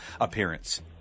appearance